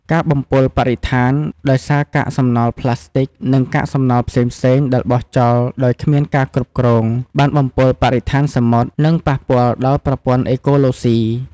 ការបំពុលបរិស្ថាន ដោយសារកាកសំណល់ប្លាស្ទិក និងកាកសំណល់ផ្សេងៗដែលបោះចោលដោយគ្មានការគ្រប់គ្រង បានបំពុលបរិស្ថានសមុទ្រ និងប៉ះពាល់ដល់ប្រព័ន្ធអេកូឡូស៊ី។